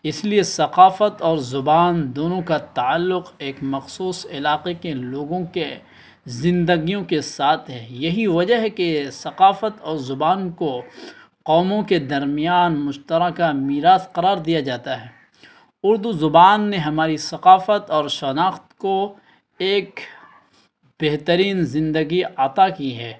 اس لیے ثقافت اور زبان دونوں کا تعلق ایک مخصوص علاقے کے لوگوں کے زندگیوں کے ساتھ ہے یہی وجہ ہے کہ ثقافت اور زبان کو قوموں کے درمیان مشترکہ میراث قرار دیا جاتا ہے اردو زبان نے ہماری ثقافت اور شناخت کو ایک بہترین زندگی عطا کی ہے